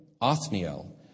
Othniel